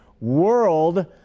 world